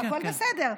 הכול בסדר.